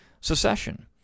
secession